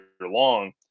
long